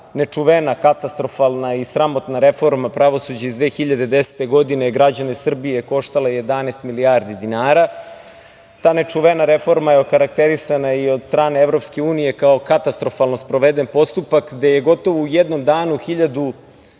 nečuvena, katastrofalna i sramotna reforma pravosuđa iz 2010. godine je građane Srbije koštala 11 milijardi dinara. Ta nečuvena reforma je okarakterisana i od strane EU kao katastrofalno sproveden postupak, a gde je gotovo u jednom danu